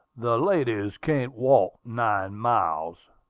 the ladies can't walk nine miles.